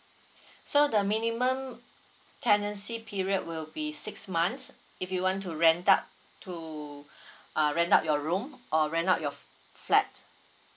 so the minimum tenancy period will be six months if you want to rent out to uh rent out your room or rent out your flat